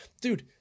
Dude